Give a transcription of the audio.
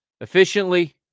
efficiently